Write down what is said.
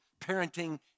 parenting